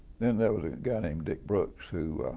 then there was a guy named dick brooks who